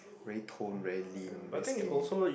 very tone very lean very skinny